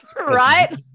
Right